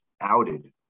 outed